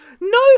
no